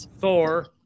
thor